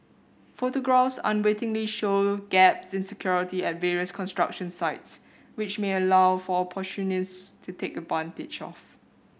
photographs unwittingly show gaps in security at various construction sites which may allow for to take advantage of